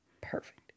perfect